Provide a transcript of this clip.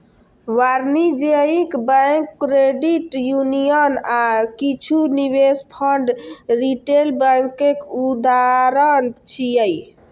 वाणिज्यिक bank, credit union आ किछु निवेश फंड रिटेल बैंकक उदाहरण छियै